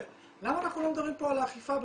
אבל למה אנחנו לא מדברים פה על האכיפה בכלל?